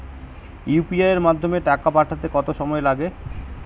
UPI এর মাধ্যমে টাকা পাঠাতে কত সময় লাগে?